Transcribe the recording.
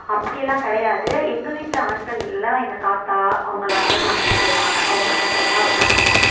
அப்படி எல்லாம் கிடையாது எங்கள் வீட்டில் ஆண்கள் எல்லாம் எங்கள் தாத்தா அவங்களாம் வந்து சமைக்க செய்வாங்க அவங்க சமைக்கிறதெல்லாம் ரொம்ப பிடிக்கும்